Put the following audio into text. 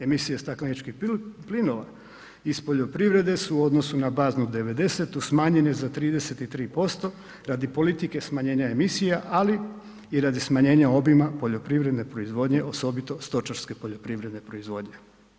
Emisije stakleničkih plinova iz poljoprivrede su u odnosu na baznu 90-tu smanjene za 33%, radi politike smanjenja emisija, ali i radi smanjenja obima poljoprivredne proizvodnje, osobito stočarske poljoprivredne proizvodnje.